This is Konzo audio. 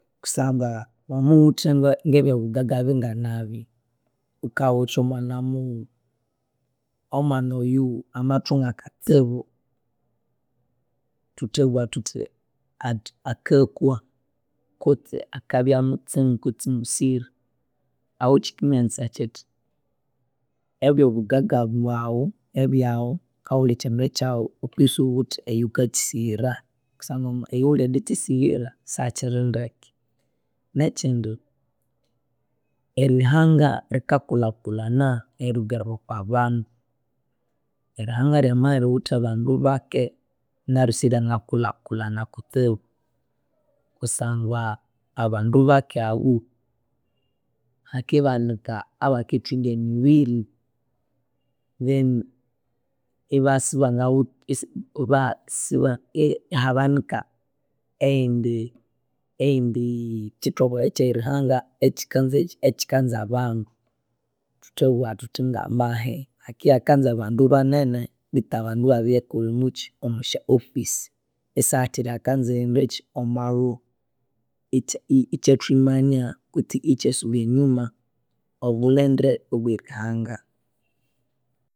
Kusangwa wamabya iwuwithe nge- ngebyobugaga binganabi wukawuthe mwana mughuma omwana oyu akathunga akatsibu thuthabugha thuthi athi akakwa kutse akabya mutsingu kutse musire ahu kyikamanyisaya kyithi ebyobugaga bwawu ebyawu abuli kyindu kyawu wukisuwuwithe eyawukakyisighira kusangwa ayawulendi kyisighira sakyiri ndeke. Nekyindi erihanga rikakulhakulhana erirugerera okwabandu. Erihanga ryama riwuthe bandu bake naryu siryangakulhakulhana kutsibu kusangwa abandu bake abu hakibanika abakithunga emibiri then ibasa ihabanika eyindi eyindi kyitongole kyerihanga ekyikanza ekyi ekyikanza bandu. Thuthabugha thuthi ngamahe, hakihakanza bandu banene betu abandu babiyakolomukyi omwasya office sahakyiri ayakanza erighendekyi omwaluhi ikya ikyathwimania kwitsi ikyasubya enyuma obulinde obwerihanga